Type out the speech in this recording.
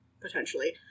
potentially